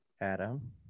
Adam